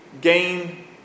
gain